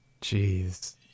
Jeez